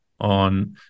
on